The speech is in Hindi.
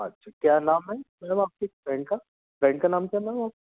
अच्छा क्या नाम है मैम आपकी फ्रेंड का फ्रेंड का नाम क्या है मैम आपकी